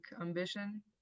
ambition